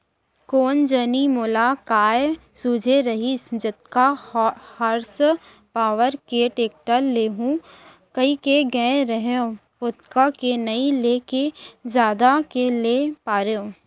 कोन जनी मोला काय सूझे रहिस जतका हार्स पॉवर के टेक्टर लेहूँ कइके गए रहेंव ओतका के नइ लेके जादा के ले पारेंव